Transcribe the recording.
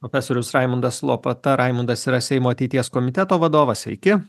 profesorius raimundas lopata raimundas yra seimo ateities komiteto vadovas sveiki